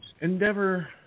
endeavor